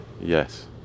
Yes